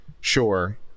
sure